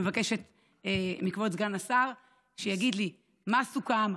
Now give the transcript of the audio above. אני מבקשת מכבוד סגן השר שיגיד לי מה סוכם,